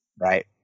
right